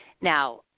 Now